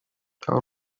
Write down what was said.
aho